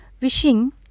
wishing